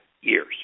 years